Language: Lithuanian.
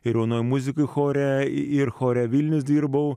ir jaunoj muzikoj chore ir chore vilnius dirbau